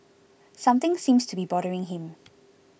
something seems to be bothering him